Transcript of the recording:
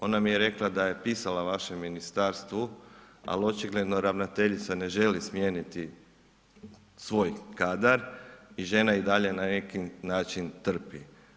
Ona mi je rekla da je pisala vašem ministarstvu ali očigledno ravnateljica ne želi smijeniti svoj kadar i žena i dalje na neki način trpi.